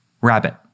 Rabbit